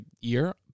year